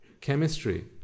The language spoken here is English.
chemistry